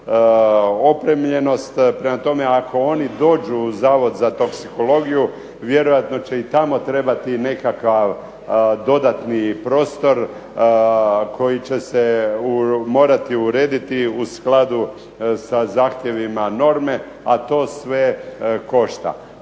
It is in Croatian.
opremljenost. Prema tome, ako oni dođu u Zavod za toksikologiju vjerojatno će i tamo trebati nekakav dodatni prostor koji će se morati urediti u skladu sa zahtjevima norme a to sve košta.